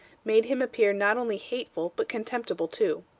made him appear not only hateful, but contemptible too.